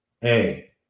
hey